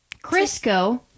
Crisco